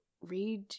read